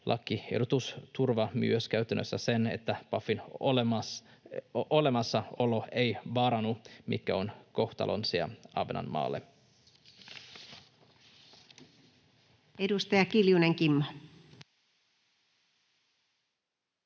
Lakiehdotus turvaa myös käytännössä sen, että Pafin olemassaolo ei vaarannu, mikä on kohtalonasia Ahvenanmaalle.